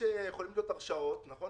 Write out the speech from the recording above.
יכולות להיות הרשעות, נכון?